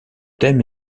terme